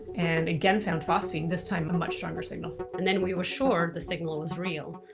and again found phosphine, this time a much stronger signal. and then we were sure the signal was real.